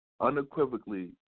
Unequivocally